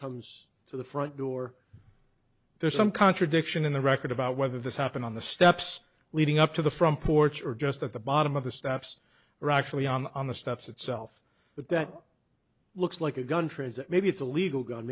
comes to the front door there's some contradiction in the record about whether this happened on the steps leading up to the front porch or just at the bottom of the steps are actually on the steps itself but that looks like a gun transit maybe it's a legal g